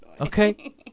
Okay